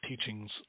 teachings